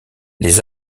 les